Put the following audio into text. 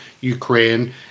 Ukraine